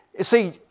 see